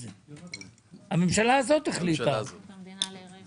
הממשלה הזאת החליטה על זה.